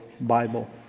Bible